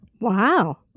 Wow